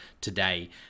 today